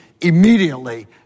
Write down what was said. immediately